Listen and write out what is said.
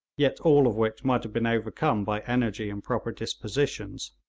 yet all of which might have been overcome by energy and proper dispositions.